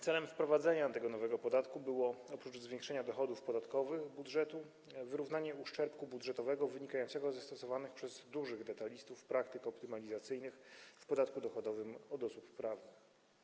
Celem wprowadzenia tego nowego podatku było oprócz zwiększania dochodów podatkowych budżetu wyrównanie uszczerbku budżetowego wynikającego ze stosowanych przez dużych detalistów praktyk optymalizacyjnych w podatku dochodowym od osób prawnych.